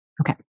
Okay